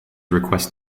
request